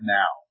now